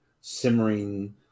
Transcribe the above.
simmering